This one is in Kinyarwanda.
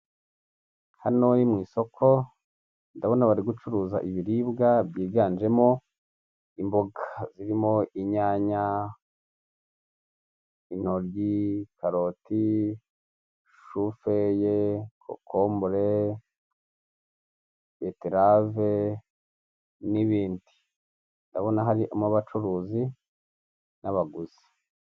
Hano ni mu isoko ndabona bari gucuruza ibiribwa byiganjemo imboga zirimo inyanya, intoryi, karoti, shufureye, cocombure, beterave n'ibindi ndabona harimo abacuruzi n'abaguzi.